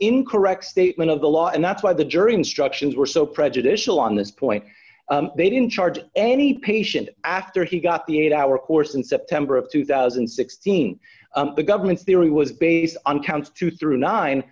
incorrect statement of the law and that's why the jury instructions were so prejudicial on this point they didn't charge any patient after he got the eight hour course in september of two thousand and sixteen the government theory would based on counts two through nine